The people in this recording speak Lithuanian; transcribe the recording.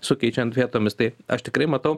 sukeičiant vietomis tai aš tikrai matau